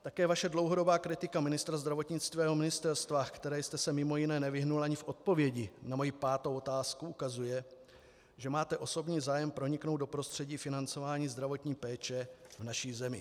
Také vaše dlouhodobá kritika ministra zdravotnictví a jeho ministerstva, které jste se mimo jiné nevyhnul ani v odpovědi na moji pátou otázku, ukazuje, že máte osobní zájem proniknout do prostředí financování zdravotní péče v naší zemi.